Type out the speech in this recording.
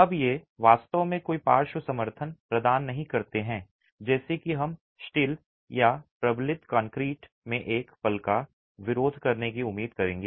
अब ये वास्तव में कोई पार्श्व समर्थन प्रदान नहीं करते हैं जैसे कि हम स्टील या प्रबलित कंक्रीट में एक पल का विरोध करने की उम्मीद करेंगे